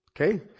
Okay